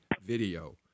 video